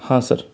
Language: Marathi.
हां सर